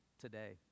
today